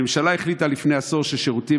הממשלה החליטה לפני עשור ששירותים